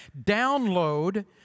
download